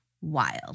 wild